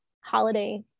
holiday